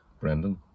Brendan